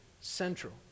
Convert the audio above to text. central